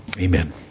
Amen